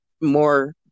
more